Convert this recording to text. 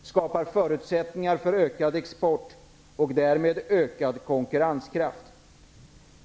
Vi skapar förutsättningar för ökad export och därmed ökad konkurrenskraft.